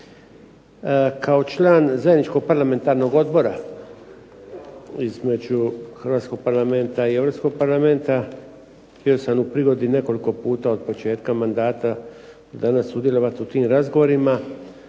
Kao član zajedničkog parlamentarnog odbora između Hrvatskog parlamenta i Europskog parlamenta bio sam u prigodi nekoliko puta od početka mandata do danas sudjelovat u tim razgovorima.